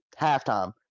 halftime